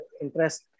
interest